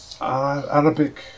Arabic